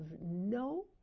no